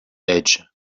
age